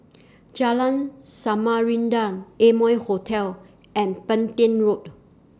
Jalan Samarinda Amoy Hotel and Petain Road